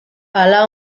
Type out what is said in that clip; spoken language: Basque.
hala